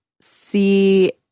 see